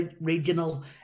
regional